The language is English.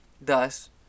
Thus